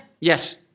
Yes